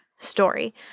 Story